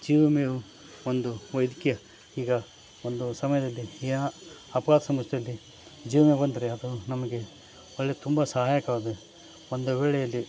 ಜೀವ ವಿಮೆಯು ಒಂದು ವೈದ್ಯಕೀಯ ಈಗ ಒಂದು ಸಮಯದಲ್ಲಿ ಏನೋ ಅಪಘಾತ ಸಮಸ್ಯೆಯಲ್ಲಿ ಜೀವ ವಿಮೆ ಬಂದರೆ ಅದು ನಮಗೆ ಒಳ್ಳೆ ತುಂಬ ಸಹಾಯಕವಾಗಿ ಒಂದು ವೇಳೆಯಲ್ಲಿ